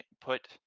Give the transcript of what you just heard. put